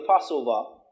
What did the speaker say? Passover